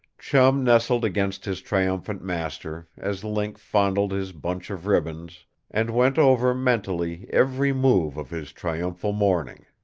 chum nestled against his triumphant master, as link fondled his bunch of ribbons and went over, mentally, every move of his triumphal morning.